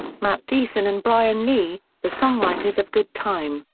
matt thiessen and brian lee, the songwriters of good time,